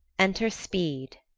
enter speed